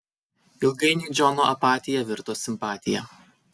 ilgainiui džono apatija virto simpatija